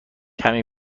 کمی